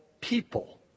people